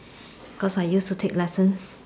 because I used to take lessons